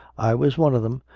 i was one of them,